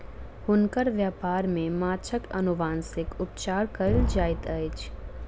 हुनकर व्यापार में माँछक अनुवांशिक उपचार कयल जाइत अछि